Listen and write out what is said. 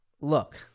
look